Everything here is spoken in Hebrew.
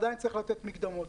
עדיין צריך לתת מקדמות.